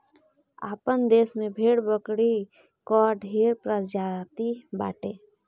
आपन देस में भेड़ बकरी कअ ढेर प्रजाति बाटे